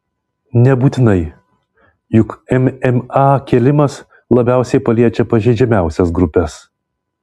nebūtinai juk mma kėlimas labiausiai paliečia pažeidžiamiausias grupes